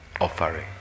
offering